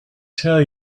tell